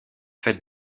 fête